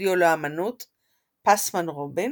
בסטודיו לאמנות פסמן-רובין,